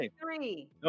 three